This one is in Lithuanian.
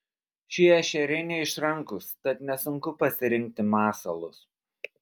šie ešeriai neišrankūs tad nesunku pasirinkti masalus